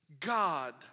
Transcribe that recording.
God